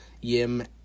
Yim